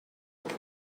could